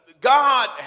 God